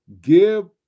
give